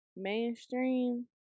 mainstream